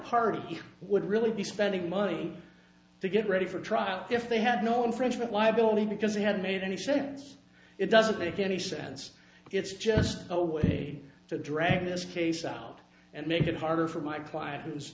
it would really be spending money to get ready for trial if they had no infringement liability because they had made any sense it doesn't make any sense it's just a would need to drag this case out and make it harder for my client who's